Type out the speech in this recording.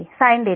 5 sin